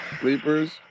Sleepers